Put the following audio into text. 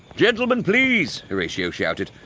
gentlemen please! horatio shouted.